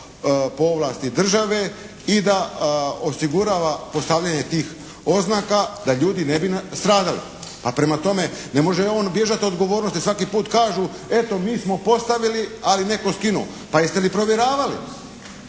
po ovlasti države i da osigurava postavljanje tih oznaka da ljudi ne bi nastradali, a prema tome ne može on bježati od odgovornosti, svaki put kažu eto mi smo postavili, ali netko skinuo. Pa jeste li provjeravali?